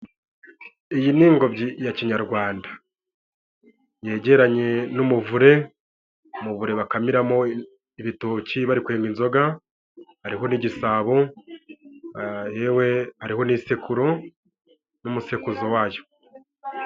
Iyi ni ingobyi ya kinyarwanda. Yegeranye n'umuvure, umuvure bakamiramo ibitoki bari kwenga inzoga, hariho n'igisabo, yewe hariho n'isekuru, n'umusekuzo wayo.